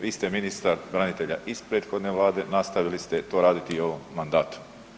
Vi ste ministar branitelja iz prethodne Vlade, nastavili ste to raditi i u ovom mandatu.